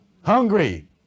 hungry